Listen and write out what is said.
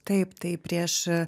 taip tai prieš